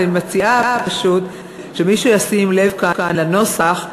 אבל אני מציעה פשוט שמישהו ישים לב כאן לנוסח,